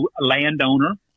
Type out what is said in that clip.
landowner